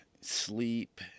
sleep